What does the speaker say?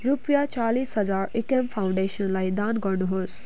रुपियाँ चालिस हजार इक्याम फाउन्डेसनलाई दान गर्नुहोस्